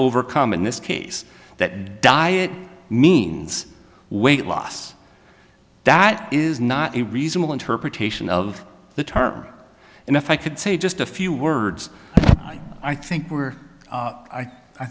overcome in this case that diet means weight loss that is not a reasonable interpretation of the term and if i could say just a few words i think were i i